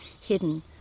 hidden